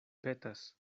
petas